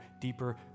deeper